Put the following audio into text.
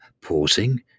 pausing